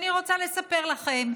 דרך אגב, ואני רוצה לספר לכם,